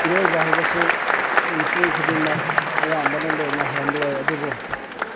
ꯏꯔꯣꯏꯕ ꯍꯥꯏꯕꯁꯤ ꯃꯤꯄꯨꯝ ꯈꯨꯗꯤꯡꯃꯛ ꯑꯌꯥꯝꯕꯅ ꯂꯣꯏꯅ ꯍꯩꯔꯝꯕ ꯌꯥꯏ ꯑꯗꯨꯕꯨ